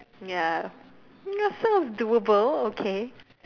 ya that sound doable okay